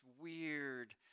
weird